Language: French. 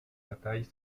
bataille